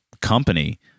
company